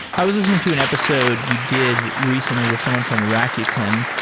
i was listening to an episode you did recently with someone from rakuten,